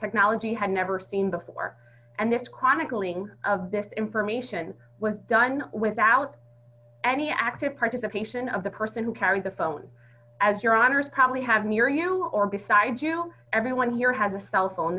technology had never seen before and that chronicling of this information was done without any active participation of the person who carried the phone as your honour's probably have near you or beside you everyone here has a cellphone